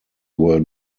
were